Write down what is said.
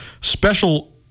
special